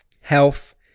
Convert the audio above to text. health